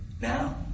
Now